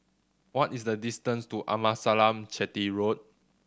what is the distance to Amasalam Chetty Road